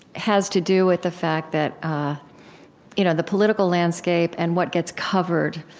has to do with the fact that you know the political landscape and what gets covered,